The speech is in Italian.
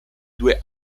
due